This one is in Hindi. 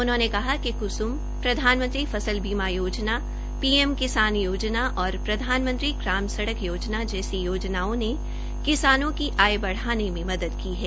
उन्होंने कहा कि क्सुम प्रधानमंत्री फसल बीमा योजना पीएम किसान योजना और प्रधानमंत्री ग्राम सड़क योजना जैसी योजनाओं ने किसानों की आय बढाने में मदद की है